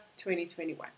2021